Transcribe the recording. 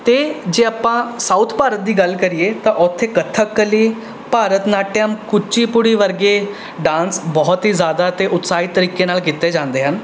ਅਤੇ ਜੇ ਆਪਾਂ ਸਾਊਥ ਭਾਰਤ ਦੀ ਗੱਲ ਕਰੀਏ ਤਾਂ ਉੱਥੇ ਕੱਥਕ ਕਲੀ ਭਾਰਤਨਾਟਿਅਮ ਕੁਚੀਪੁੜੀ ਵਰਗੇ ਡਾਂਸ ਬਹੁਤ ਹੀ ਜ਼ਿਆਦਾ ਅਤੇ ਉਤਸ਼ਾਹਿਤ ਤਰੀਕੇ ਨਾਲ਼ ਕੀਤੇ ਜਾਂਦੇ ਹਨ